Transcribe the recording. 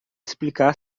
explicar